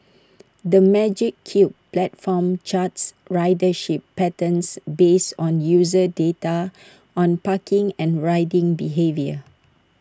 the magic Cube platform charts ridership patterns based on user data on parking and riding behaviour